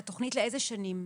לתוכנית לאיזה שנים,